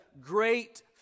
great